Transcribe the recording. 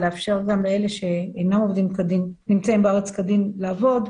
לאפשר גם לאלה שאינם נמצאים בארץ כדין לעבוד,